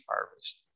harvest